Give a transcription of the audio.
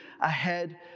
ahead